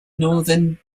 northern